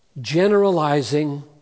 generalizing